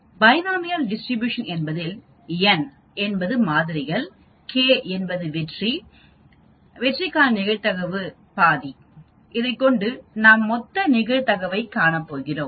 binomial distribution என்பதில் n என்பது மாதிரிகள் k என்பது வெற்றி வெற்றிக்கான நிகழ்தகவு ½ இதைக் கொண்டு நாம் மொத்த நிகழ்தகவை காணப்போகிறோம்